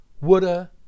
Woulda